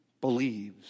believes